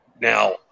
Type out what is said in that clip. Now